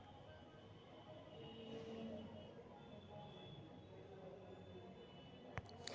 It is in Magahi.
स्थाइ सम्पति ढेरेक दिन तक चले बला संपत्ति हइ